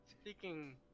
Speaking